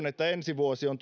että on